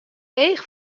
each